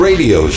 Radio